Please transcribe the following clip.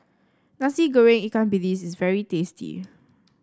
Nasi Goreng Ikan Bilis is very tasty